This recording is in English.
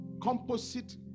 composite